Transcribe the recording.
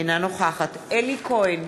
אינה נוכחת אלי כהן,